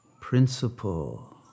principle